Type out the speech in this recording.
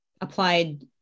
applied